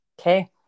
Okay